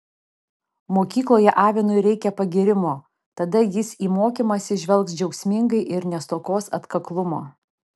mokykloje avinui reikia pagyrimo tada jis į mokymąsi žvelgs džiaugsmingai ir nestokos atkaklumo